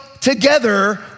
together